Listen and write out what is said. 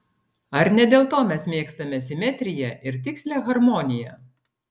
ar ne dėl to mes mėgstame simetriją ir tikslią harmoniją